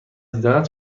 دیدنت